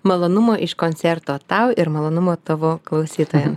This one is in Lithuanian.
malonumo iš koncerto tau ir malonumo tavo klausytojams